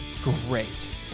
great